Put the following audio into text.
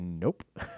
nope